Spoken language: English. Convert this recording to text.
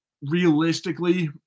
realistically